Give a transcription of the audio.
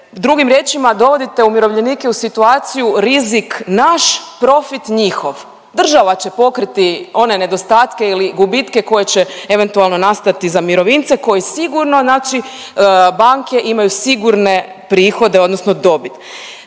Drugim riječima dovodite umirovljenike u situaciju rizik naš, profit njihov. Država će pokriti one nedostatke ili gubitke koje će eventualno nastati za mirovinske koji sigurno znači, banke imaju sigurne prihode odnosno dobit.